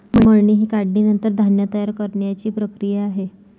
मळणी ही काढणीनंतर धान्य तयार करण्याची प्रक्रिया आहे